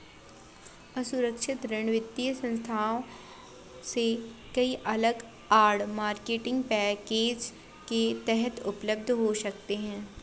असुरक्षित ऋण वित्तीय संस्थानों से कई अलग आड़, मार्केटिंग पैकेज के तहत उपलब्ध हो सकते हैं